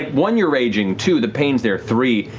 one, you're raging. two, the pain's there. three,